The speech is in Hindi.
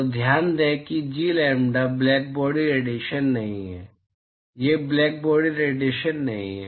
तो ध्यान दें कि G lambda i blackbody radiation नहीं है यह ब्लैकबॉडी रेडिएशन नहीं है